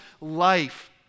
life